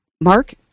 Mark